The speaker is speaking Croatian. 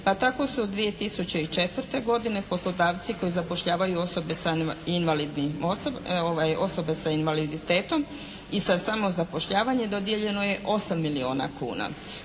Pa tako su od 2004. godine poslodavci koji zapošljavaju osobe sa invalidnim, osobe sa invaliditetom i sa samozapošljavanjem dodijeljeno je 8 milijuna kuna.